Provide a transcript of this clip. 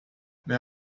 mais